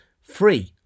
free